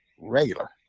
regular